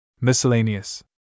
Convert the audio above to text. Miscellaneous